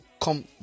come